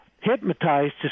hypnotized